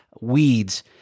weeds